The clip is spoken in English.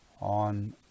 on